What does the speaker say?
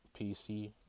PC